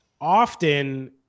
often